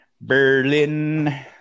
Berlin